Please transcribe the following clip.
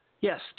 Yes